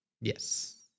Yes